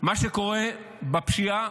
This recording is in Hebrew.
מה שקורה עם הפשיעה